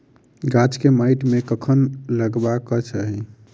गाछ केँ माइट मे कखन लगबाक चाहि?